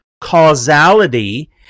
causality